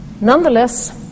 Nonetheless